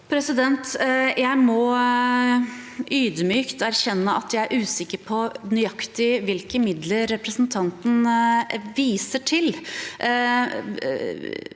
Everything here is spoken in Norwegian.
Jeg må ydmykt erkjenne at jeg er usikker på nøyaktig hvilke midler representanten viser til.